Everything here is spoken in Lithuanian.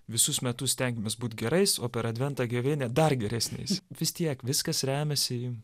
visus metus stengiamės būt gerais o per adventą gavėnią dar geresniais vis tiek viskas remiasi į